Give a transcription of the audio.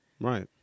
Right